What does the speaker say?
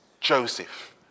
Joseph